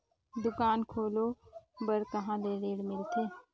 दुकान खोले बार कहा ले ऋण मिलथे?